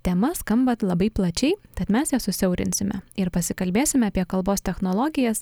tema skamba labai plačiai tad mes jas susiaurinsime ir pasikalbėsime apie kalbos technologijas